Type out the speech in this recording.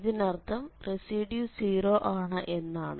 ഇതിനർഥം residue 0 ആണ് എന്നാണ്